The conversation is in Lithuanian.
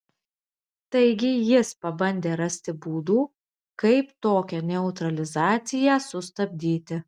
taigi jis pabandė rasti būdų kaip tokią neutralizaciją sustabdyti